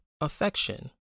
affection